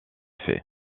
faits